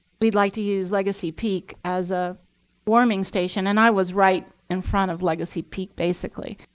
we'd like to use legacy peak as a warming station. and i was right in front of legacy peak, basically.